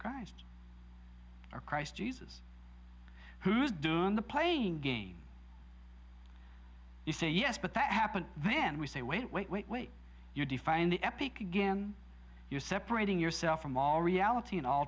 christ our christ jesus who's doing the playing games you say yes but that happened then we say wait wait wait wait you define the epic again you're separating yourself from all reality and all